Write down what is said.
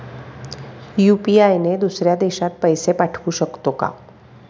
UPI ने दुसऱ्या देशात पैसे पाठवू शकतो का?